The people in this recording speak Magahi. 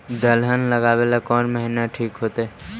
दलहन लगाबेला कौन महिना ठिक होतइ?